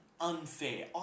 unfair